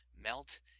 melt